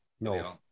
No